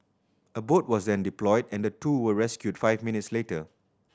a boat was then deployed and the two were rescued five minutes later